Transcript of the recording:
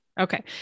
Okay